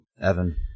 Evan